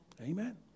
Amen